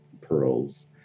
Pearls